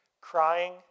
crying